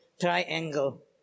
triangle